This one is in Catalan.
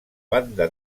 banda